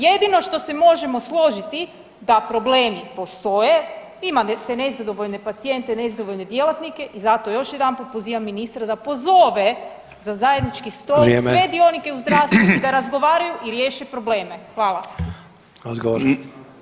Jedino što se možemo složiti da problemi postoje, imate nezadovoljne pacijente i nezadovoljne djelatnike i zato još jedanput pozivam ministra da pozove za zajednički stol sve dionike u zdravstvu da razgovaraju i riješe probleme.